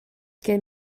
gen